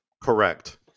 Correct